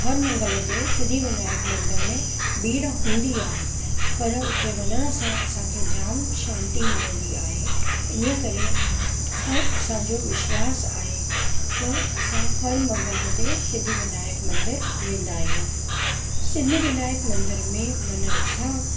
हर मंगल ते सिद्धिविनायक मंदर में भीड़ हूंदी आहे पर उते वञण सां असांखे जामु शांती मिलंदी आहे इन्हीअ करे ऐं असांजो विश्वासु आहे त असां हर मंगल ते सिद्धिविनायक मंदरु वेंदा आहियूं सिद्धिविनायक मंदर में वञण सां